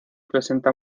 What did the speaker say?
presenta